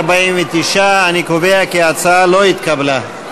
49. אני קובע כי ההצעה לא התקבלה.